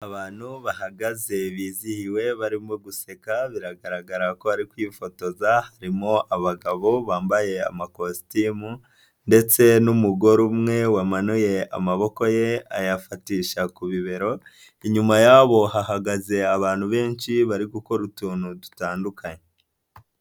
Abantu bahagaze bizihiwe barimo guseka biragaragara ko bari kwifotoza harimo abagabo bambaye amakositimu ndetse n'umugore umwe wamanuye amaboko ye ayafatisha ku bibero, inyuma ya bo hagaze abantu benshi bari gukora utuntu dutandukanye.